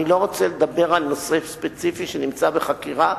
אני לא רוצה לדבר על נושא ספציפי שנמצא בחקירה,